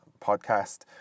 podcast